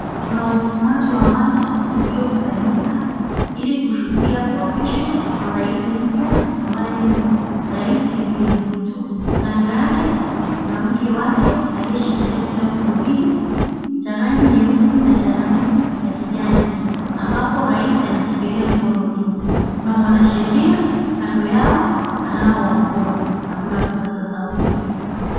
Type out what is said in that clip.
Kuna umati wa watu uliokusanyika ili kushuhudia kuapishwa kwa raisi mpya ambaye ni Raisi William Ruto. Kando yake kuna mke wake aliyeshikilia vitabu viwili, cha rangi nyeusi na cha rangi ya kijani, ambapo raisi anaekelea mkono juu. Kuna mwanasheria kando yao anaowaongoza na kuna vipaza sauti pia.